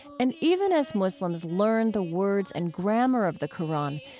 and even as muslims learn the words and grammar of the qur'an,